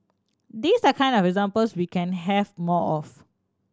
these are kind of examples we can have more of